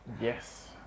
Yes